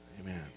Amen